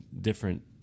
different